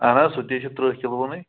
اَہَن حظ سُہ تے چھُ تٕرٛہ کِلوُنُے